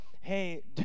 hey